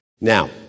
Now